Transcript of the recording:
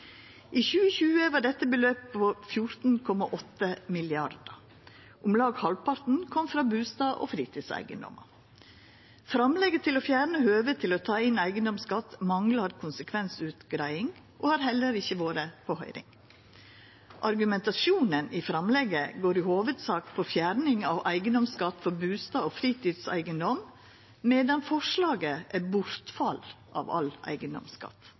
I 2020 var dette beløpet på 14,8 mrd. kr. Om lag halvparten kom frå bustad- og fritidseigedomar. Framlegget til å fjerna høvet til å ta inn eigedomsskatt manglar konsekvensutgreiing og har heller ikkje vore på høyring. Argumentasjonen i framlegget går i hovudsak på fjerning av eigedomsskatt på bustad- og fritidseigedom, medan forslaget er bortfall av all eigedomsskatt